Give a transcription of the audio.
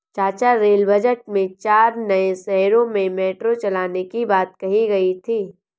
चाचा rail budget में चार नए शहरों में मेट्रो चलाने की बात कही गई थी